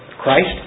Christ